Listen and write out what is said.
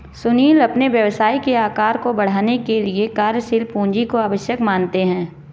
सुनील अपने व्यवसाय के आकार को बढ़ाने के लिए कार्यशील पूंजी को आवश्यक मानते हैं